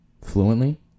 fluently